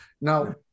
Now